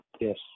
Yes